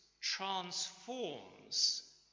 transforms